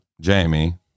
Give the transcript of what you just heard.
jamie